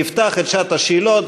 תפתח את שעת השאלות,